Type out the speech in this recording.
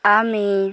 ଆମେ